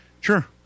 Sure